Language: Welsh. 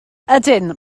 ydyn